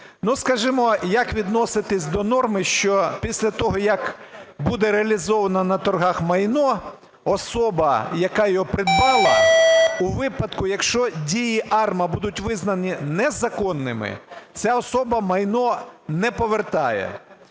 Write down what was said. Скажімо, як відноситися до норми, що після того, як буде реалізовано на торгах майно, особа, яка його придбала, у випадку, якщо дії АРМА будуть визнані незаконними, ця особа майно не повертає.